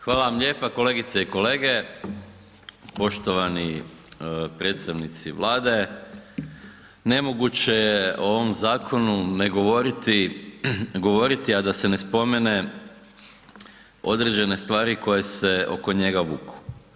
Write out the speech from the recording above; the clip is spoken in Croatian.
Hvala vam lijepa, kolegice i kolege, poštovani predstavnici Vlade, nemoguće je o ovom zakonu ne govoriti, govoriti a da se ne spomenu određene stvari koje se oko njega vuku.